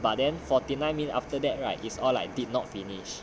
but then forty nine minute after that right is all like did not finish